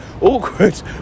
awkward